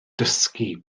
dysgu